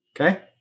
Okay